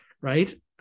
right